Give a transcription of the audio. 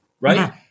right